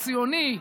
הציוני,